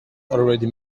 already